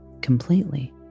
completely